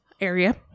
area